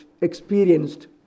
experienced